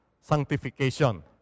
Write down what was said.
sanctification